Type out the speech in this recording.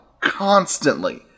constantly